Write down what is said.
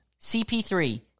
CP3